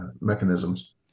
mechanisms